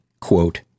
quote